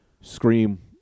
scream